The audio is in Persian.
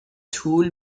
طول